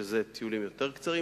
שזה טיולים יותר קצרים,